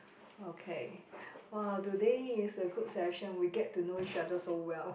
okay !wah! today is a good session we get to know each other so well